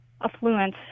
affluent